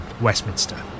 Westminster